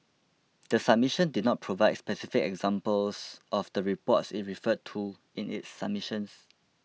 the submission did not provide specific examples of the reports it referred to in its submission